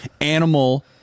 animal